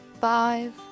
five